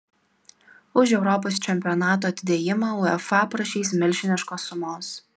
už europos čempionato atidėjimą uefa prašys milžiniškos sumos